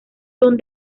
son